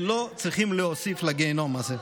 ולא צריכים להוסיף על הגיהינום הזה.